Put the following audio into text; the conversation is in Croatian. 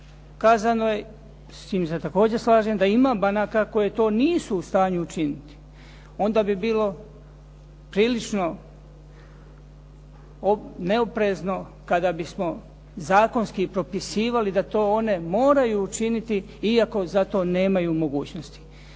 kazano je s čim se također slažem, da ima banaka koje to nisu u stanju učiniti. Onda bi bilo prilično neoprezno kada bismo zakonski propisivali da to one moraju učiniti, iako zato nemaju mogućnosti,